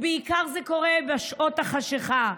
זה קורה בעיקר בשעות החשיכה,